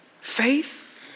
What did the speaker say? faith